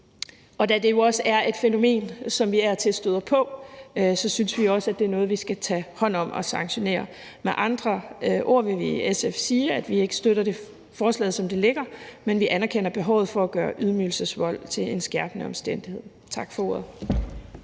og da det jo også er et fænomen, som vi af og til støder på, så synes vi også, at det er noget, vi skal tage hånd om og sanktionere. Med andre ord vil vi fra SF's side sige, at vi ikke støtter forslaget, som det ligger, men vi anerkender behovet for at gøre ydmygelsesvold til en skærpende omstændighed. Tak for ordet.